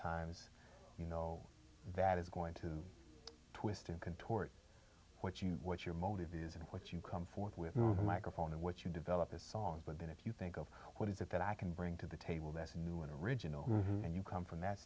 times you know that is going to twist and contort what you what your motive is and what you come forth with the microphone and what you develop a song but then if you think of what is it that i can bring to the table that's new and original and you come from that